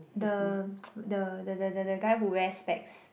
the the the the the the guy who wear specs